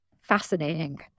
Fascinating